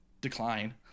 Decline